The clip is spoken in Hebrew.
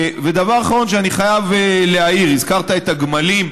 ודבר אחרון שאני חייב להעיר, הזכרת את הגמלים.